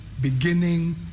beginning